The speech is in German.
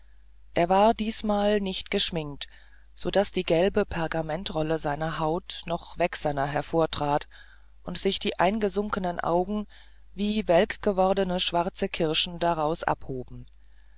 er war diesmal nicht geschminkt so daß die gelbe pergamentrolle seiner haut noch wächserner hervortrat und sich die eingesunkenen augen wie welkgewordene schwarze kirschen daraus abhoben